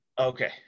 Okay